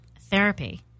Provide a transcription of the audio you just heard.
therapy